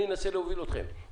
אני אנסה להוביל אתכם,